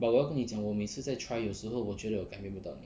but 我要跟你讲我每次在 try 的时候我觉得我改变不到你